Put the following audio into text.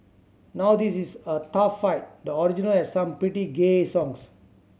now this is a tough fight the original had some pretty gay songs